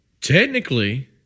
technically